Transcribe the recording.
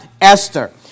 Esther